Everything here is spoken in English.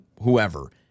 whoever